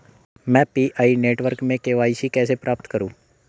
मैं PI network में KYC कैसे प्राप्त करूँ?